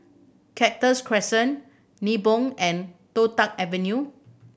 Cactus Crescent Nibong and Toh Tuck Avenue